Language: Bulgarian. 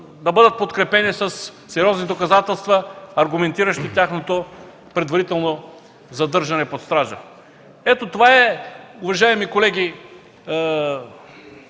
да бъде подкрепена със сериозни доказателства, аргументиращи тяхното предварително задържане под стража. Ето това е, уважаеми колеги,